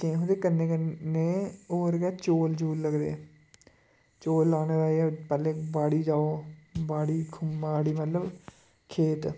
ते गेहूं दे कन्नै कन्नै होर गै चौल चूल लगदे चौल लाने दा एह् ऐ पैह्लें बाड़ी जाओ बाड़ी खू मतलब खेत